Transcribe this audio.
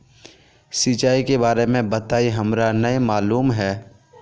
सिंचाई के बारे में बताई हमरा नय मालूम है?